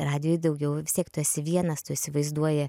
radijuj daugiau vis tiek tu esi vienas tu įsivaizduoji